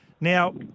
Now –